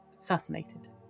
fascinated